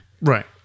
Right